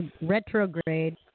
Retrograde